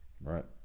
Right